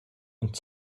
und